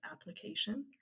application